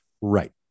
right